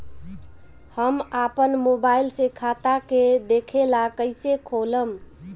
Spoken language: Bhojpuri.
हम आपन मोबाइल से खाता के देखेला कइसे खोलम?